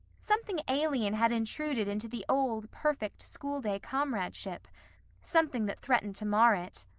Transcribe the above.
something alien had intruded into the old, perfect, school-day comradeship something that threatened to mar it.